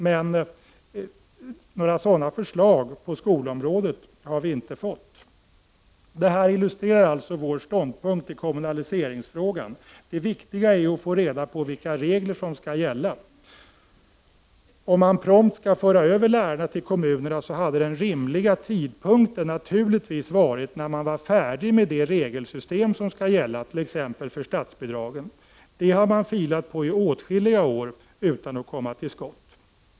Men några sådana förslag på skolområdet har vi inte fått. Det här illustrerar vår ståndpunkt i kommunaliseringsfrågan. Det viktiga är att få reda på vilka regler som skall gälla. Om man prompt skall föra över lärarna till kommunerna, hade den rimliga tidpunkten naturligtvis varit när man är färdig med det regelsystem som skall gälla, t.ex. för statsbidragen. Det har man filat på under åtskilliga år utan att komma till skott.